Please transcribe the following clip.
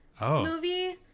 movie